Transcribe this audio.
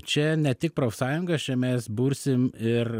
čia ne tik profsąjungas čia mes bursim ir